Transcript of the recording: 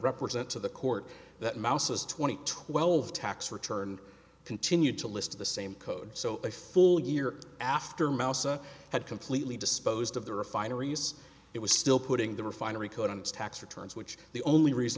represent to the court that mouse's twenty twelve tax returns continued to list the same code so i full year after moussa had completely disposed of the refineries it was still putting the refinery code on its tax returns which the only reason